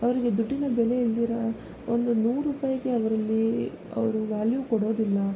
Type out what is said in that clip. ಅವ್ರಿಗೆ ದುಡ್ಡಿನ ಬೆಲೆ ಇಲ್ದಿರ ಒಂದು ನೂರು ರೂಪಾಯ್ಗೆ ಅವರಲ್ಲಿ ಅವರು ವ್ಯಾಲ್ಯೂ ಕೊಡೋದಿಲ್ಲ